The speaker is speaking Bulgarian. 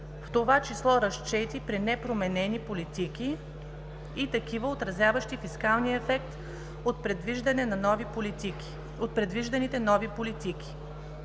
в това число разчети при непроменени политики и такива, отразяващи фискалния ефект от предвижданите нови политики